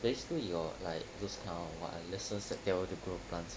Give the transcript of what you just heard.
basically your like those kind of what ah lessons that tell you to grow plants